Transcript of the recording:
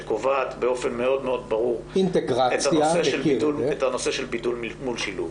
שקובעת באופן מאוד מאוד ברור את הנושא של בידול מול שילוב.